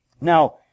Now